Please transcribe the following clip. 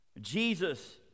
Jesus